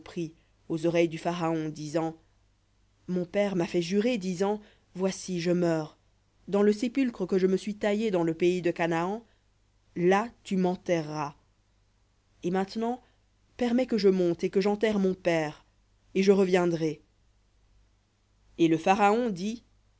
aux oreilles du pharaon disant mon père m'a fait jurer disant voici je meurs dans le sépulcre que je me suis taillé dans le pays de canaan là tu m'enterreras et maintenant permets